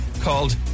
called